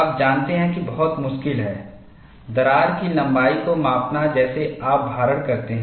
आप जानते हैं कि बहुत मुश्किल है दरार की लंबाई को मापना जैसे आप भारण करते हैं